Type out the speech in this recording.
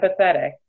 empathetic